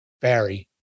Barry